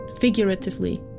figuratively